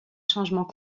changement